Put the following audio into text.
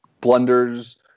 blunders